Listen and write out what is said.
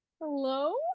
hello